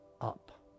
up